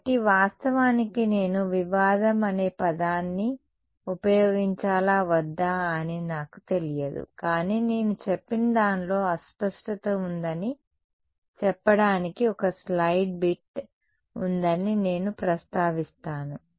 కాబట్టి వాస్తవానికి నేను వివాదం అనే పదాన్ని ఉపయోగించాలా వద్దా అని నాకు తెలియదు కానీ నేను చెప్పినదానిలో అస్పష్టత ఉందని చెప్పడానికి ఒక స్లయిడ్ బిట్ ఉందని నేను ప్రస్తావిస్తాను